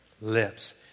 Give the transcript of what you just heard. lips